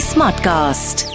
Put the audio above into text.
Smartcast